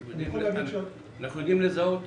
אנחנו יודעים לזהות?